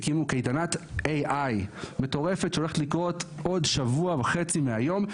הקימו קייטנת AI מטורפת שהולכת לקרות עוד שבוע וחצי מהיום,